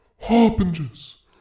harbingers